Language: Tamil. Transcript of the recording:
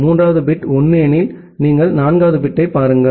மூன்றாவது பிட் 1 எனில் நீங்கள் நான்காவது பிட்டைப் பாருங்கள்